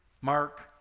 Mark